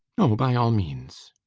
oh, by all means.